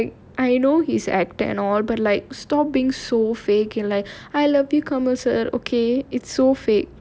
I cannot eh I mean like I know he's an actor and all but like stop being so fake leh I love you commercial okay it's so fake